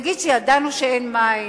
נגיד שידענו שאין מים?